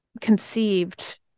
conceived